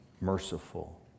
merciful